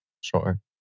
sure